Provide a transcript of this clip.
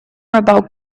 about